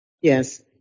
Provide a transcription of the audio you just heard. Yes